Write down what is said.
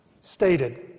stated